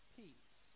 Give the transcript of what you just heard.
peace